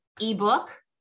ebook